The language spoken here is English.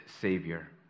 Savior